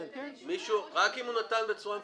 רק אם הוא נתן בצורה מפורשת.